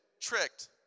tricked